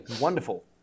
wonderful